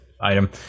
item